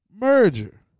merger